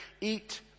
eat